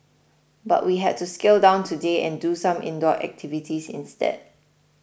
but we had to scale down today and do some indoor activities instead